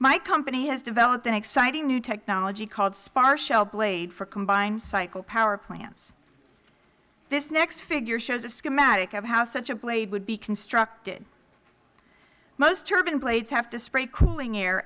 my company has developed an exciting new technology called spar shell blade for combined cycle power plants this next figure shows a schematic of how such a blade would be constructed most turbine blades have to spray cooling air